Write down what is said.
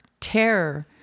terror